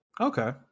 Okay